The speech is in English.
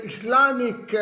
Islamic